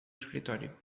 escritório